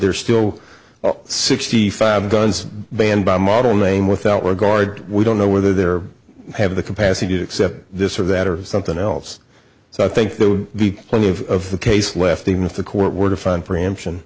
there still are sixty five guns banned by model name without regard we don't know whether they're have the capacity to accept this or that or something else so i think there would be plenty of case left even if the court were to find preemption